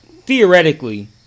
Theoretically